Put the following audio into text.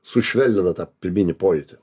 sušvelnina tą pirminį pojūtį